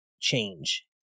change